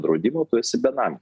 draudimo tu esi benamis